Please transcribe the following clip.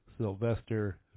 Sylvester